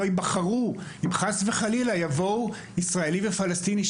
יבחרו אם חס וחלילה יבואו ישראלי ופלסטיני,